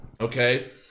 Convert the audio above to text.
Okay